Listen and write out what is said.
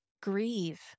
Grieve